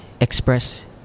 express